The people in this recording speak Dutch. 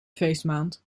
feestmaand